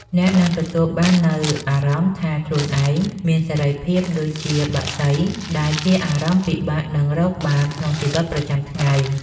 អ្នកនឹងទទួលបាននូវអារម្មណ៍ថាខ្លួនឯងមានសេរីភាពដូចជាបក្សី ដែលជាអារម្មណ៍ពិបាកនឹងរកបានក្នុងជីវិតប្រចាំថ្ងៃ។